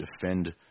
defend